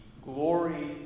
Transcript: glory